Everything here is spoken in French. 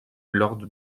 lord